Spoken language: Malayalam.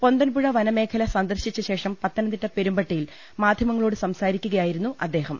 പൊന്തൻപുഴ വനമേഖല സന്ദർശിച്ച ശേഷം പത്ത നംതിട്ട പെരുമ്പട്ടിയിൽ മാധ്യമങ്ങളോട് സംസാരിക്കുകയായിരുന്നു അദ്ദേഹം